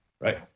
Right